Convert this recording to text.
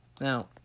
Now